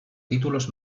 títulos